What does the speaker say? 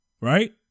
Right